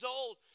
old